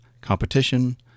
competition